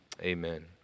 Amen